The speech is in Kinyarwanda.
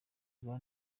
bwa